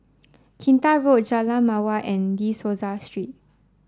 Kinta Road Jalan Mawar and De Souza Street